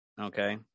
Okay